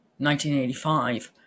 1985